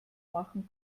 machen